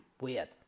weird